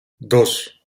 dos